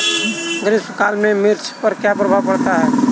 ग्रीष्म काल में मिर्च पर क्या प्रभाव पड़ता है?